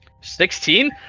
Sixteen